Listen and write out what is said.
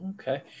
Okay